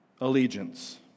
allegiance